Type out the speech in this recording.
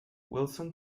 wilson